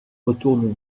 retourne